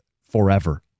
forever